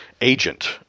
agent